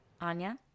Anya